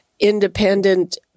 independent